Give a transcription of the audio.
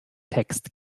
text